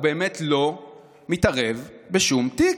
הוא באמת לא מתערב בשום תיק.